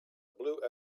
blue